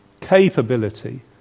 capability